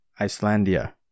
Icelandia